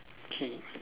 K